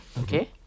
Okay